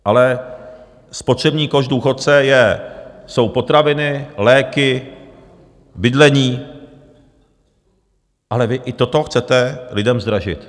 Ale spotřební koš důchodce jsou potraviny, léky, bydlení, ale vy i toto chcete lidem zdražit.